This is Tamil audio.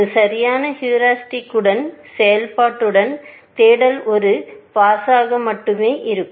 ஒரு சரியான ஹீரிஸ்டிக்செயல்பாட்டுடன் தேடல் ஒரு பாஸாக மட்டுமே இருக்கும்